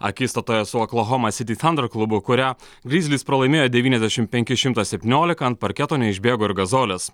akistatoje su oklahoma city thunder klubu kurią grizlis pralaimėjo devyniasdešim penki šimtas septyniolika ant parketo neišbėgo ir gazolis